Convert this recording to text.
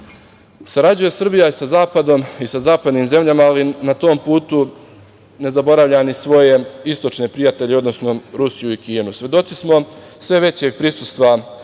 Srbija sa Zapadom i zapadnim zemljama, ali na tom putu ne zaboravlja ni svoje istočne prijatelje, odnosno Rusiju i Kinu. Svedoci smo sve većeg prisustva,